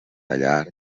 tallar